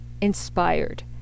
inspired